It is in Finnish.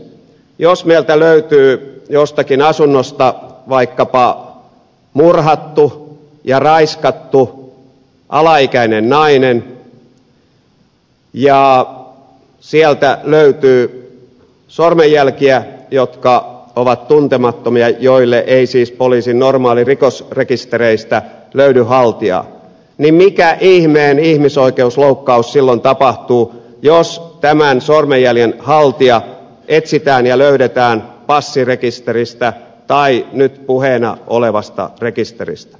jos meiltä löytyy jostakin asunnosta vaikkapa murhattu ja raiskattu alaikäinen nainen ja sieltä löytyy sormenjälkiä jotka ovat tuntemattomia joille ei siis poliisin normaaleista rikosrekistereistä löydy haltijaa niin mikä ihmeen ihmisoikeusloukkaus silloin tapahtuu jos tämän sormenjäljen haltija etsitään ja löydetään passirekisteristä tai nyt puheena olevasta rekisteristä